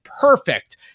perfect